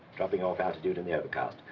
dropping off altitude in the overcast.